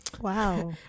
Wow